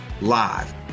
live